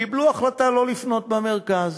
קיבלו החלטה לא לבנות במרכז.